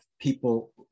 people